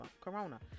Corona